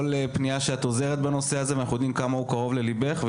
אנחנו יודעים כמה הנושא קרוב לליבך.